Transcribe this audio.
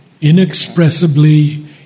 inexpressibly